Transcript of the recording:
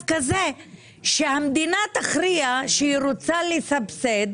כזה שהמדינה תכריע שהיא רוצה לסבסד,